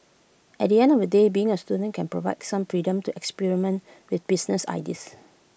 at the end of the day being A student can provide some freedom to experiment with business ideas